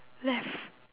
left